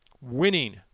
winning